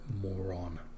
moron